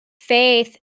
Faith